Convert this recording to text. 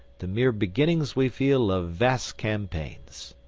the mere beginnings, we feel, of vast campaigns.